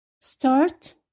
start